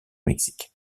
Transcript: mexique